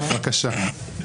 בבקשה.